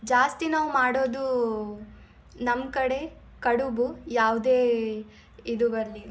ಜಾಸ್ತಿ ನಾವು ಮಾಡೋದು ನಮ್ಮ ಕಡೆ ಕಡುಬು ಯಾವುದೇ ಇದು ಬರಲಿ